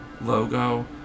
logo